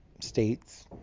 states